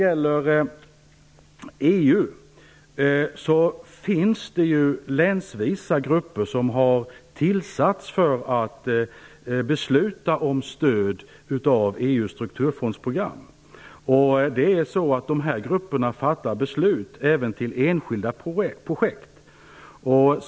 Det finns ju länsvisa grupper som har tillsatts för att besluta om stöd från EU:s strukturfondsprogram. Dessa grupper fattar även beslut om stöd till enskilda projekt.